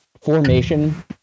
formation